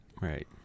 Right